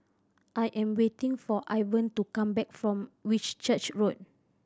I am waiting for Ivan to come back from Whitchurch Road